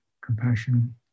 compassion